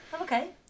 Okay